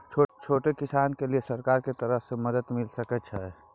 छोट किसान के लिए सरकार के तरफ कि मदद मिल सके छै?